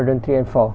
platoon three and four